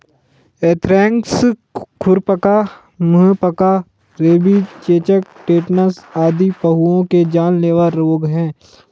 anthrax, खुरपका, मुहपका, rabies, चेचक, टेटनस आदि पहुओं के जानलेवा रोग हैं